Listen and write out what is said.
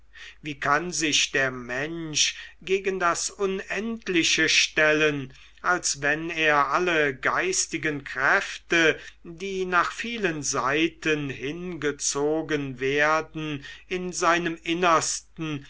wie kann sich der mensch gegen das unendliche stellen als wenn er alle geistigen kräfte die nach vielen seiten hingezogen werden in seinem innersten